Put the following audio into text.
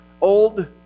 old